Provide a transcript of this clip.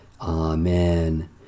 Amen